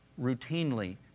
routinely